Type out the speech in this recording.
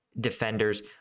defenders